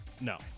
No